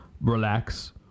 Relax